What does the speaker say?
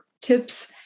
tips